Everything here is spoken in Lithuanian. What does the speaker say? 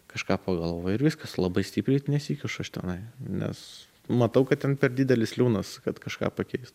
kažką pagalvoju ir viskas labai stipriai nesikišu aš tenai nes matau kad ten per didelis liūnas kad kažką pakeist